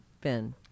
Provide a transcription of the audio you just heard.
Ben